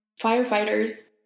firefighters